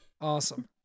awesome